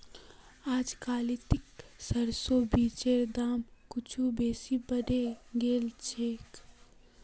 अजकालित सरसोर बीजेर दाम कुछू बेसी बढ़े गेल छेक